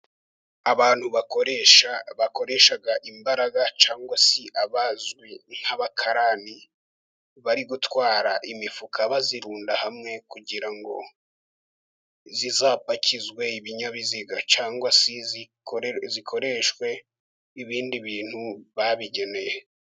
Abantu bakoresha, bakoresha imbaraga cyangwa se abazwi nk'abakarani bari gutwara imifuka bayirunda hamwe kugira izapakizwe ibinyabiziga , cyangwa se ikoreshwe ibindi bintu babigenewe.